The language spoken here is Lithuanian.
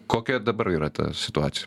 kokia dabar yra ta situacija